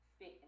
fit